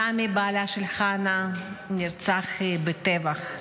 רמי בעלה של חנה נרצח בטבח.